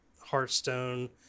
hearthstone